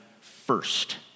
First